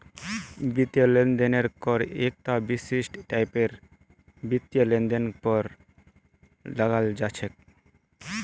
वित्तीय लेन देन कर एकता विशिष्ट टाइपेर वित्तीय लेनदेनेर पर लगाल जा छेक